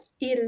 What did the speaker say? il